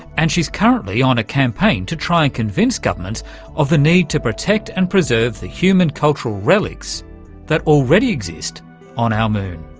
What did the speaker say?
and she's currently on a campaign to try and convince governments of the need to protect and preserve the human cultural relics that already exist on our moon.